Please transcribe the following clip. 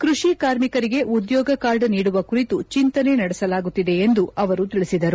ಕೃಷಿ ಕಾರ್ಮಿಕರಿಗೆ ಉದ್ಯೋಗ ಕಾರ್ಡ್ ನೀಡುವ ಕುರಿತು ಚೆಂತನೆ ನಡೆಸಲಾಗುತ್ತಿದೆ ಎಂದು ಅವರು ತಿಳಿಸಿದರು